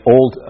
Old